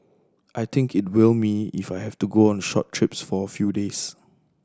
I think it will me if I have to go on short trips for a few days